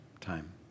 time